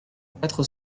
quatre